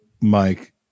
Mike